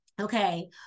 okay